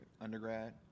undergrad